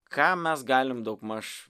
ką mes galim daugmaž